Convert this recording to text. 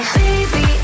baby